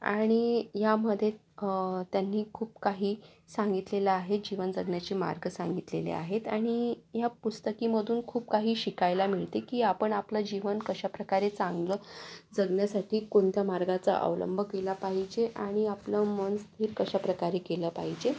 आणि यामध्ये त्यांनी खूप काही सांगितलेलं आहे जीवन जगण्याचे मार्ग सांगितलेले आहेत आणि या पुस्तकामधून खूप काही शिकायला मिळते की आपण आपलं जीवन कशाप्रकारे चांगलं जगण्यासाठी कोणत्या मार्गाचा अवलंब केला पाहिजे आणि आपलं मन स्थिर कशा प्रकारे केलं पाहिजे